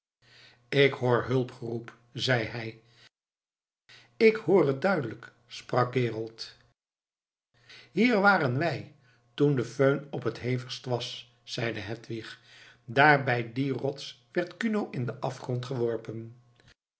ik hoor hulpgeroep zeî hij ik hoor het duidelijk sprak gerold hier waren wij toen de föhn op het hevigst was zeide hedwig daar bij die rots werd kuno in den afgrond geworpen